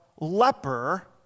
leper